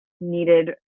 needed